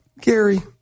Gary